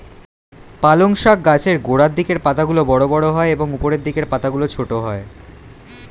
পালং শাক গাছের গোড়ার দিকের পাতাগুলো বড় বড় হয় এবং উপরের দিকের পাতাগুলো ছোট হয়